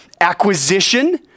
acquisition